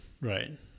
right